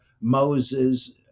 Moses